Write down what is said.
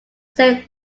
same